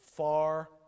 Far